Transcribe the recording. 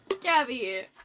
Gabby